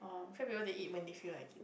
fat people they eat when they feel like it